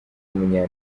w’umunya